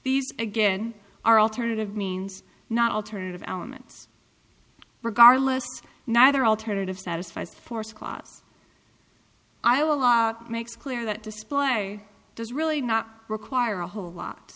these again are alternative means not alternative elements regardless neither alternative satisfies force class iowa law makes clear that display does really not require a whole lot